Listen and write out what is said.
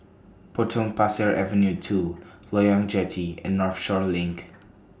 Potong Pasir Avenue two Loyang Jetty and Northshore LINK